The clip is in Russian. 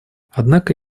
однако